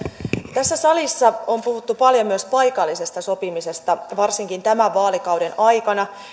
tässä salissa on puhuttu paljon myös paikallisesta sopimisesta varsinkin tämän vaalikauden aikana